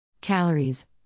Calories